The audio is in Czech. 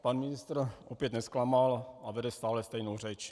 Pan ministr opět nezklamal a vede stále stejnou řeč.